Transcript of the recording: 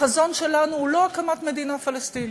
החזון שלנו הוא לא הקמת מדינה פלסטינית.